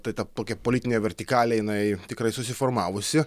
tai ta tokia politinė vertikalė jinai tikrai susiformavusi